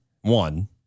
one